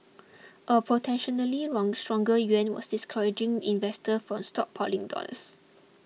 a potentially wrong stronger yuan was discouraging investors from stockpiling dollars